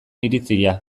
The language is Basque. iritzia